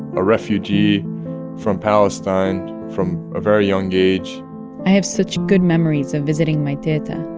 ah refugee from palestine from a very young age i have such good memories of visiting my teta,